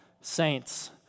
saints